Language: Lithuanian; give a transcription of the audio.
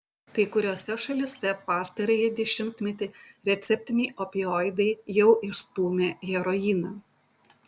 kai kuriose šalyse pastarąjį dešimtmetį receptiniai opioidai jau išstūmė heroiną